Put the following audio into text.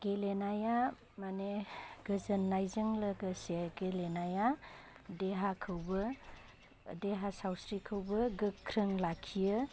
गेलेनाया मानि गोजोन्नायजों लोगोसे गेलेनाया देहाखौबो देहा सावस्रिखौबो गोख्रों लाखियो